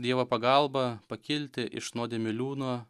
dievo pagalba pakilti iš nuodėmių liūno